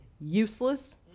Useless